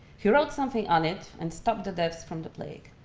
he wrote something on it, and stopped the deaths from the plague.